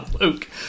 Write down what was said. Luke